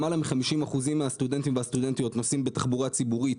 למעלה מ-50% מהסטודנטים והסטודנטיות נוסעים בתחבורה ציבורית,